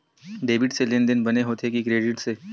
Debit से लेनदेन बने होथे कि क्रेडिट से?